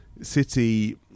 City